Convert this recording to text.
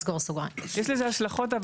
יש לזה השלכות.